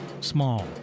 small